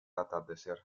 atardecer